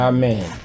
Amen